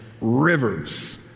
rivers